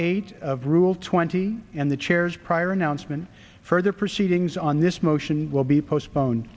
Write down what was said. eight of rule twenty and the chairs prior announcement further proceedings on this motion will be postpone